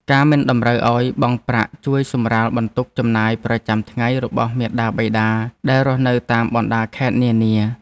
ការមិនតម្រូវឱ្យបង់ប្រាក់ជួយសម្រាលបន្ទុកចំណាយប្រចាំថ្ងៃរបស់មាតាបិតាដែលរស់នៅតាមបណ្តាខេត្តនានា។